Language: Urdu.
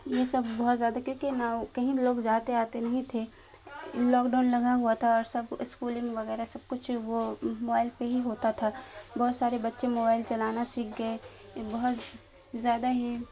یہ سب بہت زیادہ کیونکہ نہ کہیں لوگ جاتے آتے نہیں تھے لاک ڈاؤن لگا ہوا تھا اور سب اسکولنگ وغیرہ سب کچھ وہ موبائل پہ ہی ہوتا تھا بہت سارے بچے موبائل چلانا سیکھ گئے بہت زیادہ ہی